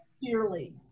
dearly